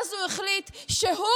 ואז הוא החליט שהוא,